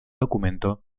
documento